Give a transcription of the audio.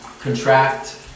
Contract